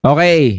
Okay